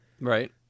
right